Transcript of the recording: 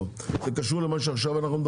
זה קשור למה שעכשיו אנחנו מדברים?